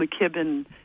McKibben